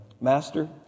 Master